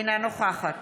אינה נוכחת